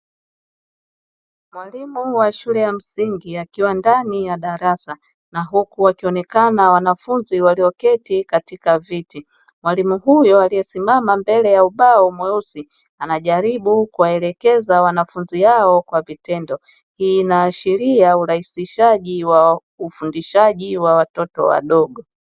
Mwalimu wa shule ya msingi akiwa ndani ya darasa na huku wakionekana wanafunzi walioketi katika viti, mwalimu huyo aliyesimama mbele ya ubao mweusi anajaribu kuwaelekeza wanafunzi hao kwa vitendo hii inaashiria urahisishaji wa ufundishaji wa watoto wadogo.